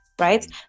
right